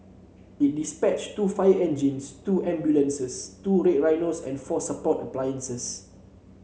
it dispatched two fire engines two ambulances two Red Rhinos and four support appliances